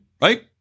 Right